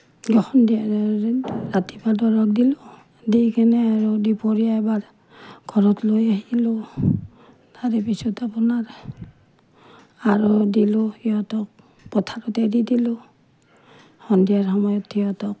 ৰাতিপুৱা দৰৱ দিলোঁ দি কিনে আৰু দুপৰীয়া এবাৰ ঘৰত লৈ আহিলোঁ তাৰপিছত আপোনাৰ আৰু দিলোঁ সিহঁতক পথাৰত এৰি দিলোঁ সন্ধিয়াৰ সময়ত সিহঁতক